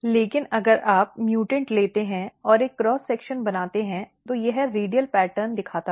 लेकिन अगर आप म्युटेंट लेते हैं और एक क्रॉस सेक्शन बनाते हैं तो यह रेडियल पैटर्न दिखाता है